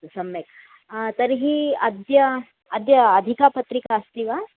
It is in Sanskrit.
अस्तु सम्यक् तर्हि अद्य अद्य अधिका पत्रिका अस्ति वा